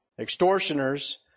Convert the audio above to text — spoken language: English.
extortioners